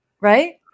right